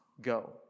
go